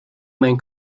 main